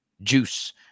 juice